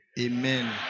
Amen